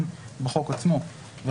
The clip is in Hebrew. בחוק עצמו כי הסעיף הזה יהיה סעיף מרחף,